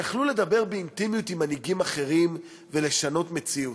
יכלו לדבר באינטימיות עם מנהיגים אחרים ולשנות מציאות?